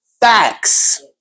facts